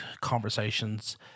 conversations